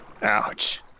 Ouch